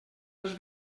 els